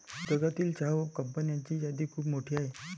जगातील चहा कंपन्यांची यादी खूप मोठी आहे